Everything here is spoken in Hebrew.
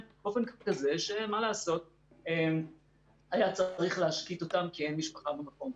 באופן שמה לעשות היה צריך להשקיט אותם כי אין משפחה במקום.